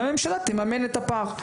שהממשלה תממן את הפער.